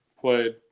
played